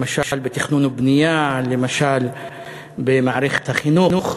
למשל, בתכנון ובנייה, למשל במערכת החינוך.